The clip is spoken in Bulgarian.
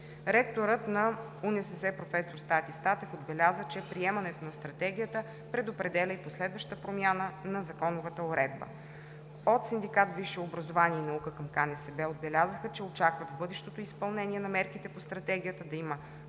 Ректорът на УНСС професор Стати Статев отбеляза, че приемането на Стратегията предопределя и последваща промяна на законовата уредба. От Синдикат „Висше образование и наука“ към КНСБ отбелязаха, че очакват в бъдещото изпълнение на мерките по Стратегията да има